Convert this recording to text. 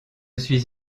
suis